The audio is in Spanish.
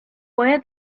puede